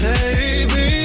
Baby